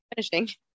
finishing